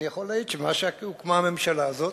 אני יכול להעיד שמאז הוקמה הממשלה הזאת,